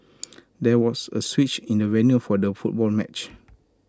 there was A switch in the venue for the football match